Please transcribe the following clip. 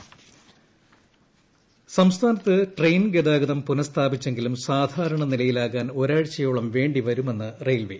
ടടടടട ട്ടട്ട ഗതാഗതം സംസ്ഥാനത്ത് ട്രെയിൻ ഗതാഗതം പുനസ്ഥാപിച്ചെങ്കിലും സാധാരണ നിലയിലാകാൻ ഒരാഴ്ചയോളം വേണ്ടിവരുമെന്ന് റെയിൽവേ